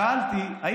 שאלתי אותך,